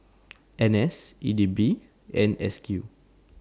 N S E D B and S Q